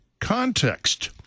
context